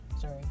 sorry